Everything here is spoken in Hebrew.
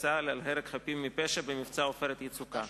צה"ל על הרג חפים מפשע במבצע "עופרת יצוקה":